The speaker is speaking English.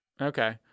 okay